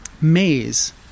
maze